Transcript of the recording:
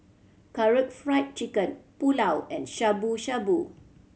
Karaage Fried Chicken Pulao and Shabu Shabu